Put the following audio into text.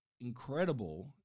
incredible